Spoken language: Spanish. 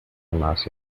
demás